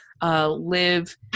Live